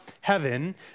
heaven